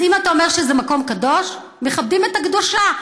אז אם אתה אומר שזה מקום קדוש, מכבדים את הקדושה.